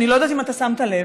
אני לא יודעת אם אתה שמת לב,